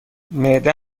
معده